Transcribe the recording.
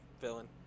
villain